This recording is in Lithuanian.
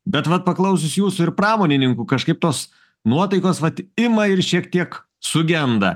bet vat paklausius jūsų ir pramonininkų kažkaip tos nuotaikos vat ima ir šiek tiek sugenda